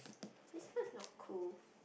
this one is not cool